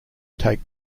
take